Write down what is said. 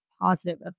positive